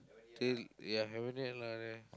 till ya haven't yet lah annan